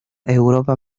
europa